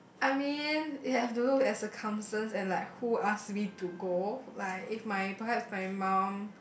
I mean you have to look at circumstances and like who ask me to go like if my perhaps like my mum